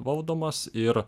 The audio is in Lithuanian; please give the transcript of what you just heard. valdomas ir